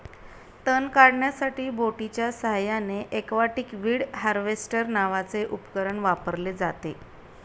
तण काढण्यासाठी बोटीच्या साहाय्याने एक्वाटिक वीड हार्वेस्टर नावाचे उपकरण वापरले जाते